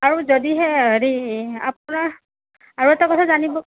আৰু যদিহে হেৰি আপোনাৰ আৰু এটা কথা জানিব